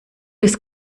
des